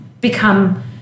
become